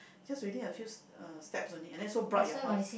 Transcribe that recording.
just within a few s~ uh steps only and then so bright your house